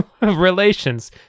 relations